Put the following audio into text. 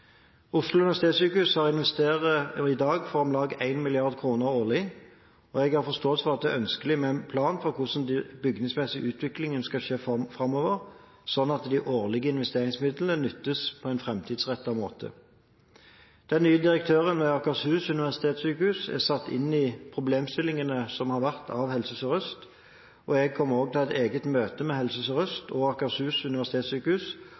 Oslo universitetssykehus investerer i dag for om lag 1 mrd. kr årlig, og jeg har forståelse for at det er ønskelig med en plan for hvordan den bygningsmessige utviklingen skal skje framover, slik at de årlige investeringsmidlene benyttes på en framtidsrettet måte. Den nye direktøren ved Akershus universitetssykehus er satt inn i problemstillingene som har vært, av Helse Sør-Øst, og jeg kommer også til å ha et eget møte med Helse Sør-Øst og Akershus universitetssykehus